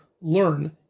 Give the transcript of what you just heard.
learn